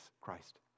Christ